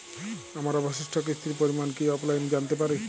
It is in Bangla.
আমার অবশিষ্ট কিস্তির পরিমাণ কি অফলাইনে জানতে পারি?